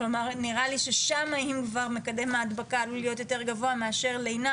נראה לי ששם אם כבר מקדם ההדבקה עלול להיות יותר גבוה מאשר לינה,